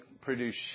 produce